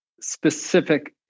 specific